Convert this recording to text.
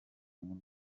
nkuru